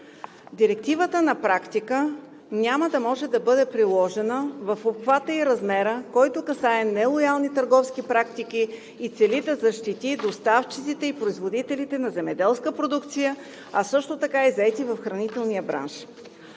Директивата на практика няма да може да бъде приложена в обхвата и размера, което касае нелоялните търговски практики и цели да защити доставчиците и производителите на земеделска продукция, а също така и заетите в хранителния бранш.